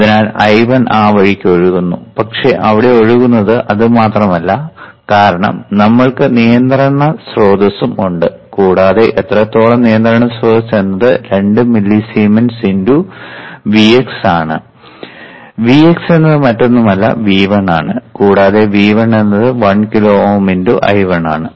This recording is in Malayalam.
അതിനാൽ I1 ആ വഴിക്ക് ഒഴുകുന്നു പക്ഷേ അവിടെ ഒഴുകുന്നത് അത് മാത്രം അല്ല കാരണം നമ്മൾക്ക് നിയന്ത്രണ സ്രോതസ്സും ഉണ്ട് കൂടാതെ എത്രത്തോളം നിയന്ത്രണ സ്രോതസ്സ് എന്നത് 2 മില്ലിസീമെൻസ് × Vx ആണ് Vx എന്നിവ മറ്റൊന്നുമല്ല V1 ആണ് കൂടാതെ V 1 എന്നത് 1 കിലോ Ω × I1 ആണ്